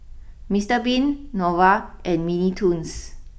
Mister Bean Nova and Mini Toons